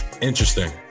Interesting